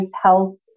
health